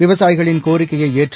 விவசாயிகளின் கோரிக்கையை ஏற்று